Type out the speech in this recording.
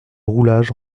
roulage